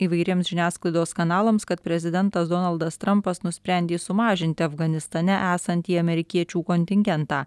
įvairiems žiniasklaidos kanalams kad prezidentas donaldas trampas nusprendė sumažinti afganistane esantį amerikiečių kontingentą